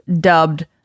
dubbed